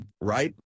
right